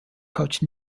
coach